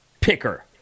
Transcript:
picker